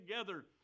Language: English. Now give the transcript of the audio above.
together